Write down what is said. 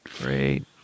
Great